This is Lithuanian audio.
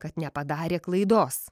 kad nepadarė klaidos